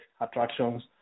attractions